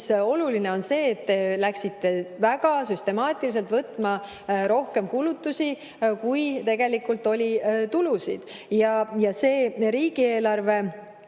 oluline see, et te läksite väga süstemaatiliselt [tegema] rohkem kulutusi, kui tegelikult oli tulusid. Riigieelarve